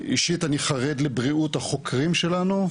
אישית אני חרד לבריאות החוקרים שלנו,